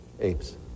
apes